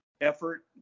effort